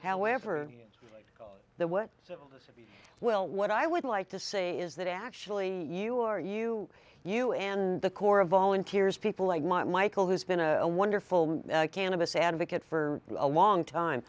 however the what so well what i would like to say is that actually you are you you and the core of volunteers people like michael who's been a wonderful cannabis advocate for a long time